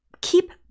keep